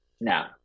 no